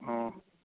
ꯑꯣ